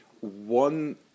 One